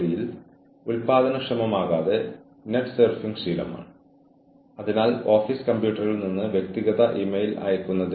ജോലി ആവശ്യകതകളിൽ വ്യക്തതയില്ലെന്ന് നിങ്ങൾ മനസ്സിലാക്കിയേക്കാം